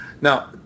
Now